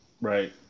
Right